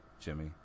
Jimmy